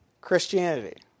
Christianity